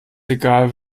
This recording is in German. egal